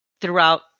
throughout